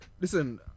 Listen